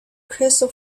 crystal